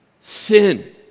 sin